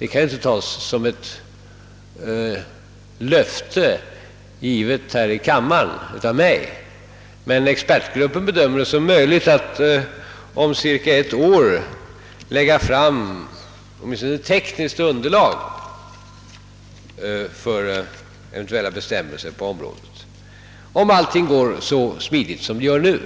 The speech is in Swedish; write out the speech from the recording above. inte kan tas som ett löfte givet här i kammaren av mig — att om cirka ett år lägga fram åtminstone tekniskt underlag för eventuella bestämmelser på området, om allting går så smidigt som det gör nu.